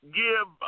give